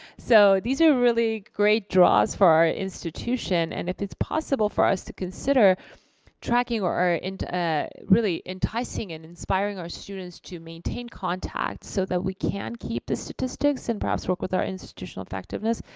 so these are really great draws for our institution. and if it's possible for us to consider tracking or and ah really enticing and inspiring our students to maintain contact, so that we can keep the statistics and perhaps work with our institutional effectiveness,